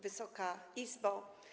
Wysoka Izbo!